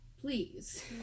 Please